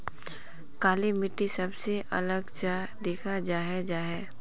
काली मिट्टी सबसे अलग चाँ दिखा जाहा जाहा?